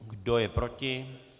Kdo je proti?